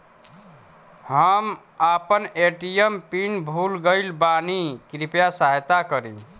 हम आपन ATM PIN भूल गईल बानी कृपया सहायता करी